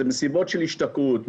זה מסיבות של השתכרות,